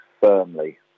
firmly